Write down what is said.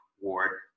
ward